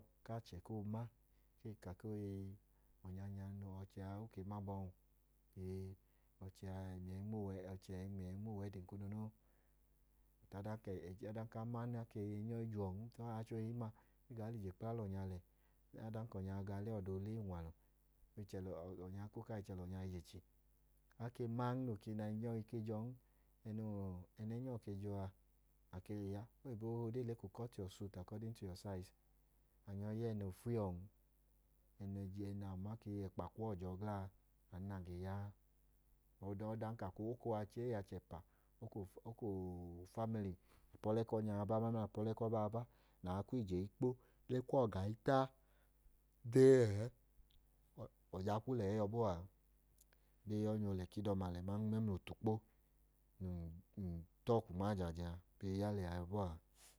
Ku achẹ koo ma, kee ka koo ii, ọnya nẹ ọchẹ a nya, oo ma abọn. Ọchẹ a, ọchẹ a ẹmiyẹ i nmo uwẹdin kunu noo. Adanka a man nẹ ẹnyọ i jẹ uwọn, e gaa lẹ ije kpla lẹ ọnya lẹ. Ọnya ga ọlẹ ẹmiyẹ gboo nmo ọnya. O ka i chẹ lẹ ọnya i je chi. A ke man, nẹ ẹnyọ ọ i ke jọọn, ẹẹ nọọ, ẹẹnẹ ẹnyọ ọ ke jọ a, a ke. Oyibo hi ode le ka kọt yuwọ kot akọdin to yuwọ saizi. A ya ẹẹ noo fiyẹ uwọn. Ẹẹnẹ a ma ka ẹkpa kuwọ jọ gla a, anu nẹ a i ya a. O o doo, o koo wẹ ọchee aman ka achẹ ẹpa, ẹẹ nẹ ọfuwọ jọọ a anu nẹ a i ya a. Apọlẹ ku ọnya a ba, nẹ apọlẹ ku ọba a ba, nẹ aa kwu ije i kpo, ne kwu ọga i ta, dee ẹẹ, ọnya kwuu lẹ yọ bọọ a. a ba e i ya ọnya oolẹ ku idọma lẹ man, mẹmla otukpo. Num ta ọọ ọkwu nma ajaajẹ a, abọ e i ya lẹ a yọ bọọ a.